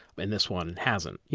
and this one hasn't. yeah